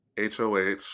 hoh